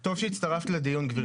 טוב שהצטרפת לדיון, גבירתי.